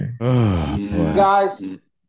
Guys